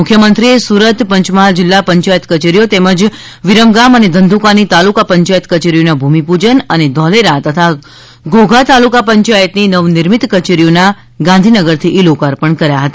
મુખ્યમંત્રીએ સુરત પંચમહાલ જિલ્લા પંચાયત કચેરીઓ તેમજ વિરમગામ અને ધંધૂકાની તાલુકા પંચાયત કચેરીઓના ભૂમિપૂજન અને ધોલેરા તથા ઘોઘા તાલુકા પંચાયતની નવનિર્મિત કચેરીઓના ગાંધીનગરથી ઇ લોકાર્પણ કર્યા હતા